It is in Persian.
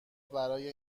برای